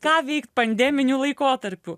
ką veikt pandeminiu laikotarpiu